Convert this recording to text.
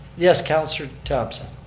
yes, councilor thomson.